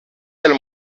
del